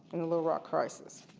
in the little rock crisis.